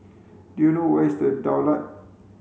do you know where is The Daulat